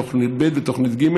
תוכנית ב' ותוכנית ג',